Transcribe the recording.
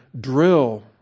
drill